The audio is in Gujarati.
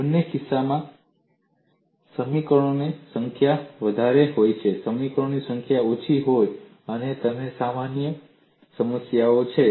બંને કિસ્સાઓમાં સમીકરણોની સંખ્યા વધારે હોય કે સમીકરણોની સંખ્યા ઓછી હોય તમને સમસ્યા છે